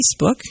Facebook